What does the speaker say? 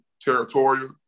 territorial